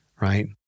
right